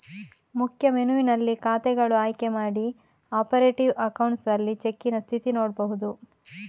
ಮುಖ್ಯ ಮೆನುವಿನಲ್ಲಿ ಖಾತೆಗಳು ಆಯ್ಕೆ ಮಾಡಿ ಆಪರೇಟಿವ್ ಅಕೌಂಟ್ಸ್ ಅಲ್ಲಿ ಚೆಕ್ಕಿನ ಸ್ಥಿತಿ ನೋಡ್ಬಹುದು